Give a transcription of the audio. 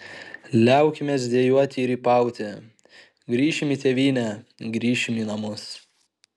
liaukimės dejuot ir rypauti grįšim į tėvynę grįšim į namus